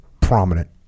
Prominent